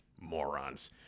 Morons